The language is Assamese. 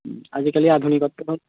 আজিকালি আধুনিকত্ব হ'ল